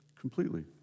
completely